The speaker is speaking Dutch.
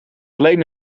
alleen